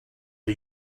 are